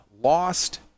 lost